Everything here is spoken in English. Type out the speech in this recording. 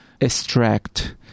extract